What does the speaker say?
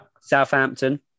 Southampton